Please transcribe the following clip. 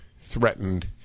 threatened